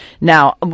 Now